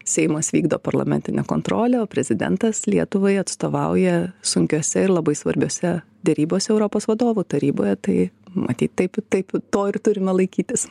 seimas vykdo parlamentinę kontrolę o prezidentas lietuvai atstovauja sunkiose ir labai svarbiose derybose europos vadovų taryboje tai matyt taip taip to ir turime laikytis